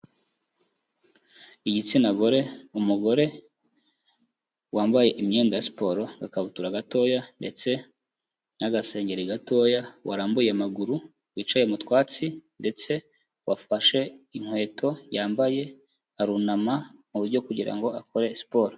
Igitsina gore, umugore wambaye imyenda ya siporo, agakabutura gatoya ndetse n'agasengeri gatoya, warambuye amaguru wicaye mu twatsi ndetse wafashe inkweto yambaye, arunama mu buryo bwo kugira ngo akore siporo.